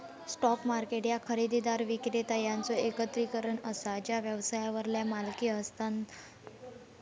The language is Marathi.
स्टॉक मार्केट ह्या खरेदीदार, विक्रेता यांचो एकत्रीकरण असा जा व्यवसायावरल्या मालकी हक्कांचा प्रतिनिधित्व करता